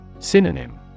Synonym